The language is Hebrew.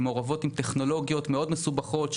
מעורבות עם טכנולוגיות מאוד מסובכות,